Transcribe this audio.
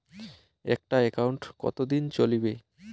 একটা একাউন্ট কতদিন চলিবে?